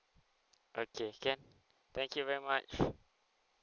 okay can thank you very much